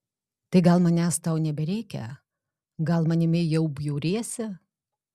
tai gal manęs tau nebereikia gal manimi jau bjauriesi